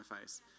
face